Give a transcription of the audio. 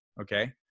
Okay